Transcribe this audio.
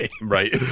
right